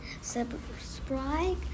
subscribe